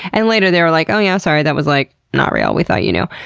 and later they were like, oh yeah sorry that was, like, not real. we thought you knew.